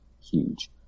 huge